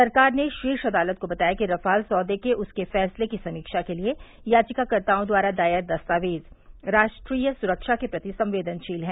सरकार ने शीर्ष अदालत को बताया कि रफाल सौदे के उसके फैसले की समीक्षा के लिए याचिकाकर्ताओं द्वारा दायर दस्तावेज राष्ट्रीय सुरक्षा के प्रति संवेदनशील हैं